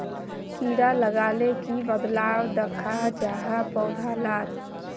कीड़ा लगाले की बदलाव दखा जहा पौधा लात?